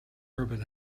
urban